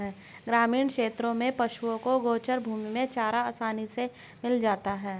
ग्रामीण क्षेत्रों में पशुओं को गोचर भूमि में चारा आसानी से मिल जाता है